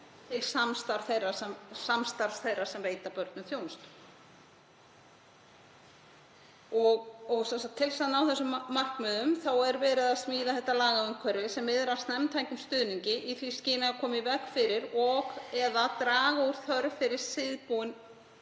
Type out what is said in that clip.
um samstarf þeirra sem veita börnum þjónustu. Til að ná þessum markmiðum er verið að smíða þetta lagaumhverfi sem miðar að snemmtækum stuðningi í því skyni að koma í veg fyrir og/eða draga úr þörf fyrir síðbúin